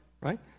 right